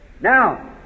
Now